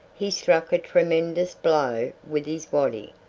he struck a tremendous blow with his waddy,